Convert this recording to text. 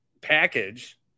package